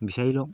বিচাৰি লওঁ